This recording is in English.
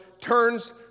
turns